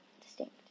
distinct